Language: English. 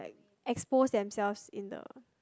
expose themselves in the